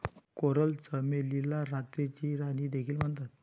coral चमेलीला रात्रीची राणी देखील म्हणतात